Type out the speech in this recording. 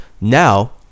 Now